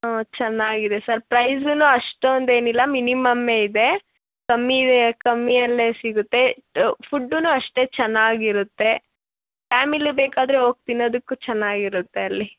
ಹಾಂ ಚೆನ್ನಾಗಿದೆ ಸರ್ ಪ್ರೈಸೂ ಅಷ್ಟೊಂದು ಏನಿಲ್ಲ ಮಿನಿಮಮ್ಮೇ ಇದೆ ಕಮ್ಮಿನೇ ಕಮ್ಮಿ ಅಲ್ಲೇ ಸಿಗುತ್ತೆ ಫುಡ್ಡೂ ಅಷ್ಟೇ ಚೆನ್ನಾಗಿರುತ್ತೆ ಫ್ಯಾಮಿಲಿ ಬೇಕಾದರೆ ಹೋಗ್ ತಿನ್ನೋದಕ್ಕು ಚೆನ್ನಾಗಿರುತ್ತೆ ಅಲ್ಲಿ